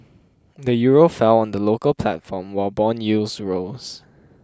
the euro fell on the local platform while bond yields rose